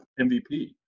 MVP